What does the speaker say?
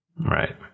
Right